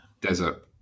desert